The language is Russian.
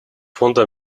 фонда